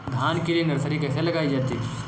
धान के लिए नर्सरी कैसे लगाई जाती है?